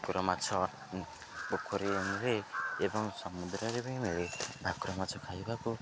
ଭାକୁର ମାଛ ପୋଖରୀରେ ମିଳେ ଏବଂ ସମୁଦ୍ରରେ ବି ମିଳେ ଭାକୁର ମାଛ ଖାଇବାକୁ